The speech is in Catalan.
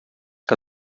que